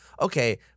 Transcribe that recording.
okay